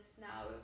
now